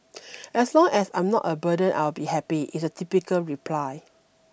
as long as I am not a burden I will be happy is a typical reply